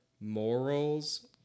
morals